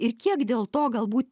ir kiek dėl to galbūt